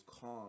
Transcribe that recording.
calm